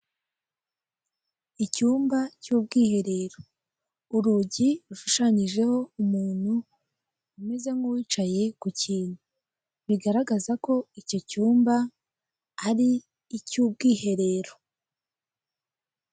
Icyumba cy'ubwiherero. Urugi rushushanyijeho umuntu umeze nk'uwicaye ku kintu. Bigaragaza ko icyo cyumba ari icy'ubwiherero.